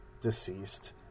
deceased